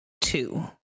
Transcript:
two